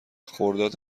خرداد